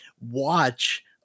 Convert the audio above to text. watch